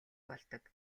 болдог